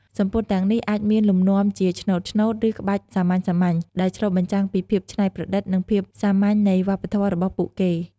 សំពត់ទាំងនេះអាចមានលំនាំជា ឆ្នូតៗ ឬ ក្បាច់សាមញ្ញៗ ដែលឆ្លុះបញ្ចាំងពីភាពច្នៃប្រឌិត និងភាពសាមញ្ញនៃវប្បធម៌របស់ពួកគេ។